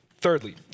Thirdly